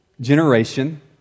generation